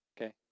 Okay